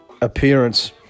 appearance